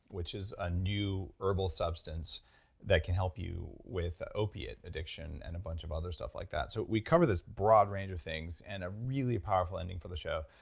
which is a new herbal substance that can help you with opiate addiction and a bunch of other stuff like that. so we cover this broad range of things and a really powerful ending for the show,